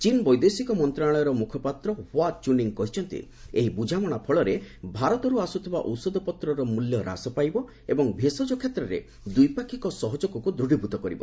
ଚୀନ୍ ବୈଦେଶିକ ମନ୍ତ୍ରଣାଳୟର ମୁଖପାତ୍ର ହୁଆ ଚୁନିଙ୍ଗ୍ କହିଛନ୍ତି ଏହି ବୁଝାମଣା ଫଳରେ ଭାରତରୁ ଆସୁଥିବା ଔଷଧପତ୍ରର ମୂଲ୍ୟ ହ୍ରାସ ପାଇବ ଏବଂ ଭେଷଜ କ୍ଷେତ୍ରରେ ଦ୍ୱିପାକ୍ଷିକ ସହଯୋଗକୁ ଦୃଢ଼ୀଭୂତ କରିବ